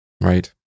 right